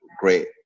great